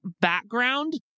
background